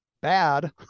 bad